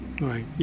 Right